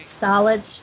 solid